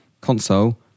console